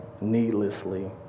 needlessly